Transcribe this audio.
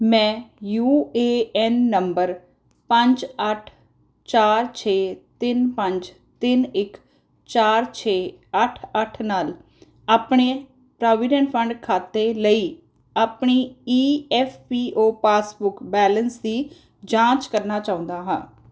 ਮੈਂ U A N number ਪੰਜ ਅੱਠ ਚਾਰ ਛੇ ਤਿੰਨ ਪੰਜ ਤਿੰਨ ਇੱਕ ਚਾਰ ਛੇ ਅੱਠ ਅੱਠ ਨਾਲ ਆਪਣੇ ਪ੍ਰੋਵੀਡੈਂਟ ਫੰਡ ਖਾਤੇ ਲਈ ਆਪਣੀ E F P O passbook balance ਦੀ ਜਾਂਚ ਕਰਨਾ ਚਾਹੁੰਦਾ ਹਾਂ